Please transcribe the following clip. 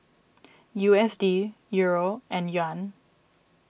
U S D Euro and Yuan